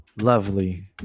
lovely